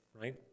right